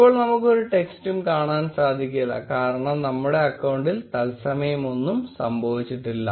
ഇപ്പോൾ നമുക്ക് ഒരു ടെക്സ്റ്റും കാണാൻ സാധിക്കില്ല കാരണം നമ്മുടെ അക്കൌണ്ടിൽ തത്സമയം ഒന്നും സംഭവിച്ചിട്ടില്ല